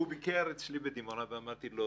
והוא ביקר אצלי בדימונה, ואמרתי לו: